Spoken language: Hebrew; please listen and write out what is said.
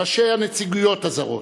ראשי הנציגויות הזרות,